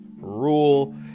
rule